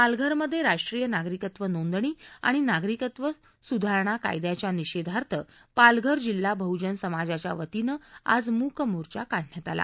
पालघर मध्ये राष्ट्रीय नागरिकत्व नोंदणी आणि नागरिकत्व कायद्यांच्या निषेधार्थ पालघर जिल्हा बहजन समाजाच्या वतीनं आज मूक मोर्चा काढण्यात आला